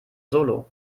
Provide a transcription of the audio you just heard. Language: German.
solo